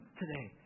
today